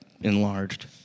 enlarged